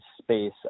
space